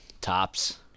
tops